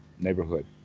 neighborhood